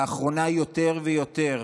לאחרונה יותר ויותר